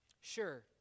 Sure